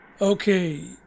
Okay